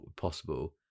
possible